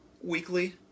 Weekly